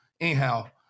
Anyhow